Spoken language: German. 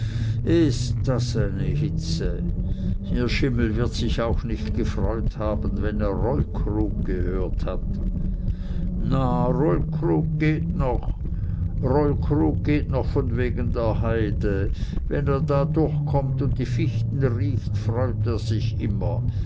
is das eine hitze ihr schimmel wird sich auch nicht gefreut haben wenn er rollkrug gehört hat na rollkrug geht noch rollkrug geht noch von wegen der heide wenn er da durchkommt un die fichten riecht freut er sich immer